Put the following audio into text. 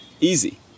easy